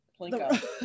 Plinko